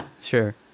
Sure